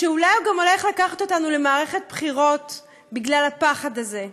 שאולי הוא גם הולך לקחת אותנו למערכת בחירות בגלל הפחד הזה.